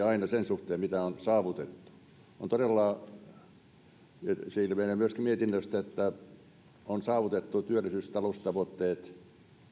aina pessimistisempiä sen suhteen mitä on saavutettu se ilmenee myöskin mietinnöstä että on saavutettu työllisyys ja taloustavoitteet